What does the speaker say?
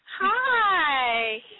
Hi